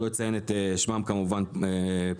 אני לא אציין את שמן כמובן פה,